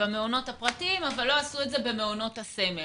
במעונות הפרטיים אבל לא עשו את זה במעונות הסמל.